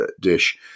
dish